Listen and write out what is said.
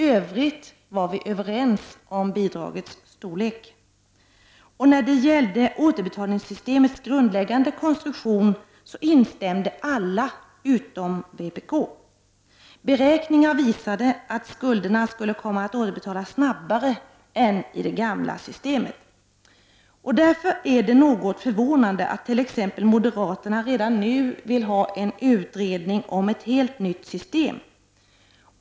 Övriga partier var överens om bidragets storlek. Återbetalningssystemets grundläggande konstruktion accepterade alla utom vpk. Beräkningar visade att skulderna skulle komma att återbetalas snabbare än i det gamla systemet. Därför är det något förvånande att t.ex. moderaterna redan nu vill ha en utredning om ett helt nytt system.